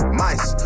mice